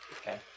Okay